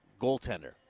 goaltender